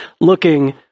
looking